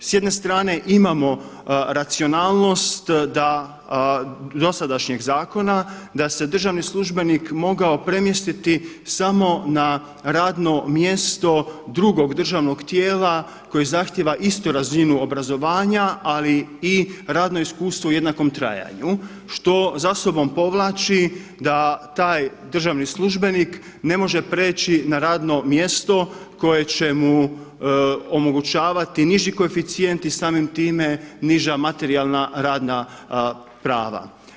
S jedne strane imamo racionalnost dosadašnjeg zakona da se državni službenik mogao premjestiti samo na radno mjesto drugog državnog tijela koje zahtjeva istu razinu obrazovanja ali i radno iskustvo u jednakom trajanju što za sobom povlači da taj državni službenik ne može prijeći na radno mjesto koje će mu omogućavati niži koeficijent i samim time niža materijalna radna prava.